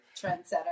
Trendsetter